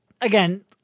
again